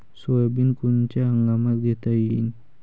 Soybean कोनच्या हंगामात घेता येईन?